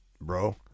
bro